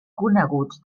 coneguts